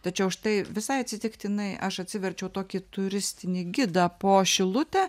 tačiau štai visai atsitiktinai aš atsiverčiau tokį turistinį gidą po šilutę